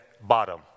bottom